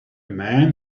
man